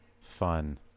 fun